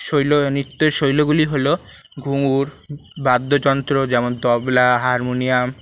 শৈল্য নৃত্যের শৈলগুলি হল ঘুঙুর বাদ্যযন্ত্র যেমন তবলা হারমোনিয়াম